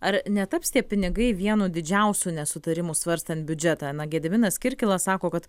ar netaps tie pinigai vienu didžiausių nesutarimų svarstant biudžetą na gediminas kirkilas sako kad